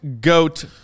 GOAT